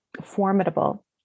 formidable